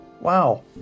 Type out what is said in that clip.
Wow